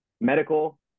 medical